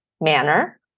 manner